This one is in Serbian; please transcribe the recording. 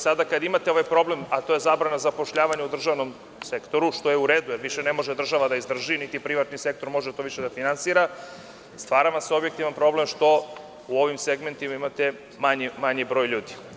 Sada kada imate ovaj problem, a to je zabrana zapošljavanja u državnom sektoru, što je uredu, jer više ne može država da izdrži niti privatni sektor može to više da finansira, stvara vam se objektivan problem što u ovim segmentima imate manji broj ljudi.